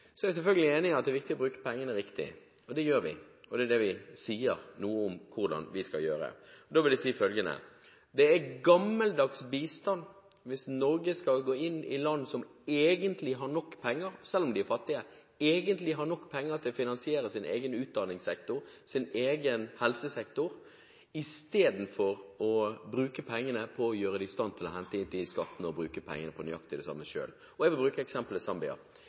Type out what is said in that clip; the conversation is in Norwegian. er selvfølgelig enig i at det er viktig å bruke pengene riktig. Det gjør vi, og det er det vi sier noe om hvordan vi skal gjøre. Da vil jeg si følgende: Det er gammeldags bistand hvis Norge skal gå inn i land som egentlig har nok penger – selv om de er fattige – til å finansiere sin egen utdanningssektor og sin egen helsesektor, istedenfor å bruke pengene på å gjøre dem i stand til å hente inn de skattene og bruke pengene på nøyaktig det samme selv. Jeg vil bruke Zambia som eksempel. I